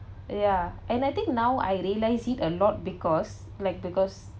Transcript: ya and I think now I realise it a lot because like because